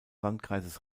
landkreises